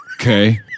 Okay